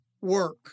work